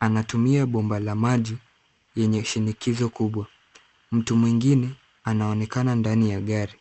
Anatumia bomba la maji yenye shinikizo kubwa. Mtu mwingine anaonekana ndani ya gari.